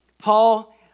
Paul